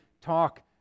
talk